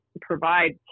provide